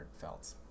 felt